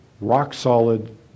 Rock-solid